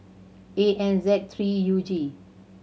A N Z three U G